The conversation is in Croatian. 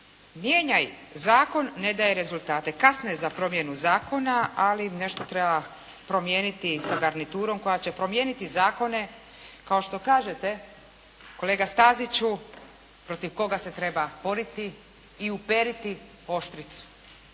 Mijenjaj zakon, ne daje rezultate. Kasno je za promjenu zakona, ali nešto treba promijeniti sa garniturom koja će promijeniti zakone kao što kažete kolega Staziću protiv koga se treba boriti i uperiti oštricu.